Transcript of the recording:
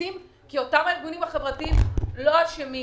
קיצוצים כי אותם הארגונים החברתיים לא אשמים